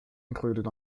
included